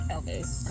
Elvis